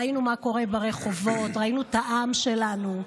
ראינו מה קורה ברחובות, ראינו את העם שלנו.